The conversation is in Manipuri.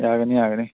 ꯌꯥꯒꯅꯤ ꯌꯥꯒꯅꯤ